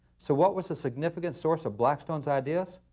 so what was the significant source of blackstone's ideas?